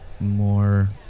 more